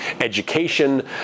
education